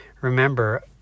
Remember